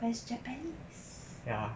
but it's japanese